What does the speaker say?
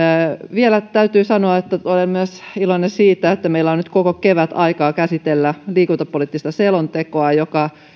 vielä täytyy sanoa että olen myös iloinen siitä että meillä on nyt koko kevät aikaa käsitellä liikuntapoliittista selontekoa joka